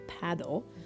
Paddle